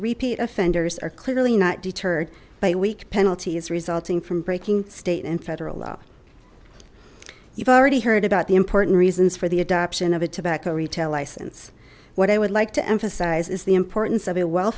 repeat offenders are clearly not deterred by weak penalties resulting from breaking state and federal you've already heard about the important reasons for the adoption of a tobacco retail license what i would like to emphasize is the importance of a well